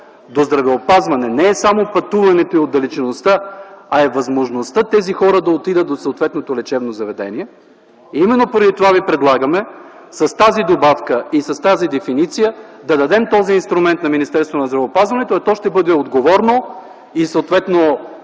до здравеопазване не е само пътуването и отдалечеността, а е възможността тези хора да отидат до съответното лечебно заведение. Именно поради това ви предлагаме с тази добавка и с тази дефиниция да дадем този инструмент на Министерство на здравеопазването, а то ще бъде отговорно и, съответно,